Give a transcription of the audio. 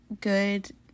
good